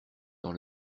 dans